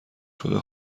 شده